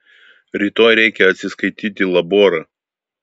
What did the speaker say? rytoj reikia atsiskaityt laborą